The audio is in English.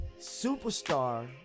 Superstar